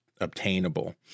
obtainable